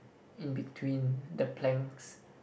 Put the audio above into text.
in between the planks